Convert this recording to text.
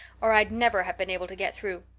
or i'd never have been able to get through.